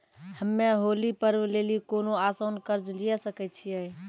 हम्मय होली पर्व लेली कोनो आसान कर्ज लिये सकय छियै?